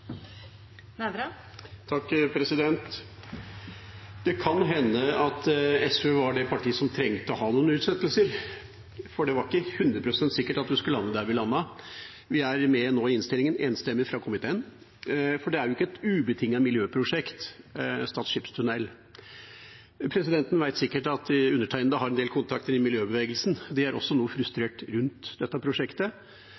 Det kan hende SV var det partiet som trengte å ha noen utsettelser, for det var ikke hundre prosent sikkert at vi skulle lande der vi landet. Vi er nå med i den enstemmige innstillinga fra komiteen. Stad skipstunnel er ikke et ubetinget miljøprosjekt. Presidenten vet sikkert at undertegnede har en del kontakter i miljøbevegelsen. De er også noe